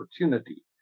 opportunity